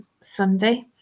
Sunday